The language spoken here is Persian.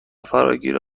فراگیر